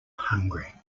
hungry